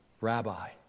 Rabbi